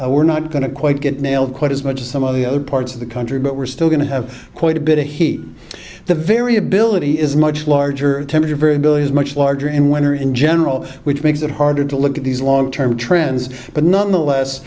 second we're not going to quite get nailed quite as much as some of the other parts of the country but we're still going to have quite a bit of heat the variability is much larger temperature variability is much larger in winter in general which makes it harder to look at these long term trends but nonetheless